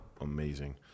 amazing